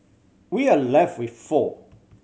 we are left with four